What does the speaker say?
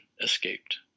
escaped